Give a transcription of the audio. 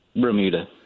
Bermuda